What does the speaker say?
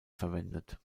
verwendet